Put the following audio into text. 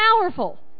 powerful